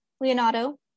Leonardo